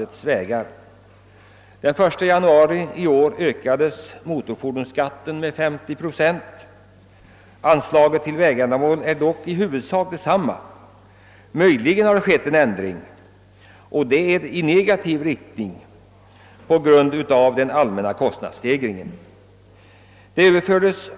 Den 1 januari i år ökades motorfordonsskatten med 50 procent. Anslaget till vägändamål är dock i huvudsak detsamma; möjligen har det skett en ändring men i så fall i negativ riktning på grund av den allmänna kostnadsstegringen.